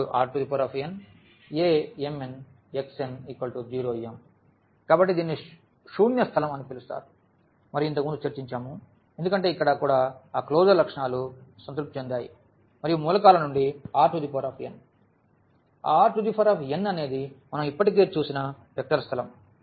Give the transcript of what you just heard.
V x∈RnAmnxn0m కాబట్టి దీనిని శూన్య స్థలం అని పిలుస్తారు మరియు ఇంతకుముందు చర్చించాము ఎందుకంటే ఇక్కడ కూడా ఆ క్లోజర్ లక్షణాలు సంతృప్తి చెందాయి మరియు మూలకాల నుండి Rn Rn అనేది మనం ఇప్పటికే చూసిన వెక్టర్ స్థలం